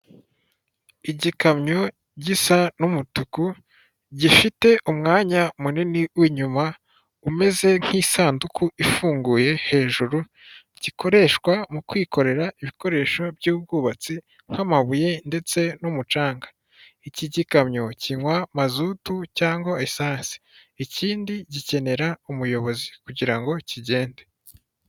Igikamyo gisa n'umutuku gifite umwanya munini w'inyuma umeze nk'isanduku ifunguye hejuru gikoreshwa mu kwikorera ibikoresho by'ubwubatsi nk'amabuye ndetse n'umucanga ;iki gikamyo kinywa mazutu cyangwa esansi ikindi gikenera umuyobozi kugirango kigende.